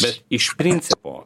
bet iš principo